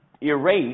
erase